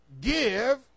give